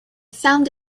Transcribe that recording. found